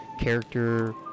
character